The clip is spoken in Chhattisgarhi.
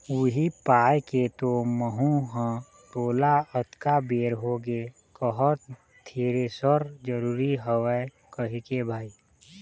उही पाय के तो महूँ ह तोला अतका बेर होगे कहत थेरेसर जरुरी हवय कहिके भाई